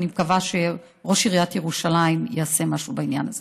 ואני מקווה שראש עיריית ירושלים יעשה משהו בעניין הזה.